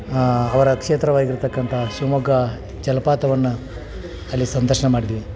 ಅವರ ಕ್ಷೇತ್ರವಾಗಿರತಕ್ಕಂಥ ಶಿವಮೊಗ್ಗ ಜಲಪಾತವನ್ನು ಅಲ್ಲಿ ಸಂದರ್ಶನ ಮಾಡಿದ್ವಿ